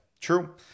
True